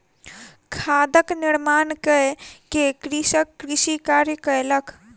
खादक निर्माण कय के कृषक कृषि कार्य कयलक